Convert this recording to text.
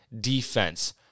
defense